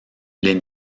les